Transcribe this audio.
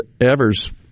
Evers